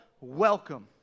welcome